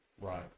Right